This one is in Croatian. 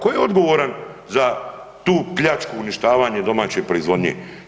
Ko je odgovoran za tu pljačku i uništavanje domaće proizvodnje?